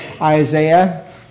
Isaiah